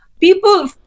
people